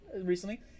recently